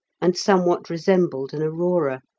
and somewhat resembled an aurora.